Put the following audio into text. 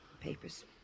Papers